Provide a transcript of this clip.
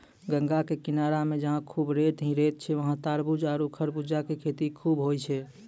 गंगा के किनारा मॅ जहां खूब रेत हीं रेत छै वहाँ तारबूज आरो खरबूजा के खेती खूब होय छै